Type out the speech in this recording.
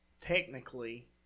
technically